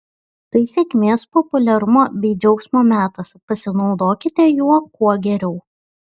tai sėkmės populiarumo bei džiaugsmo metas pasinaudokite juo kuo geriau